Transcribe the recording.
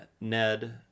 Ned